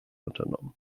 unternommen